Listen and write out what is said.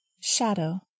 Shadow